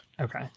Okay